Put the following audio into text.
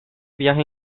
viaje